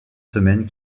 semaines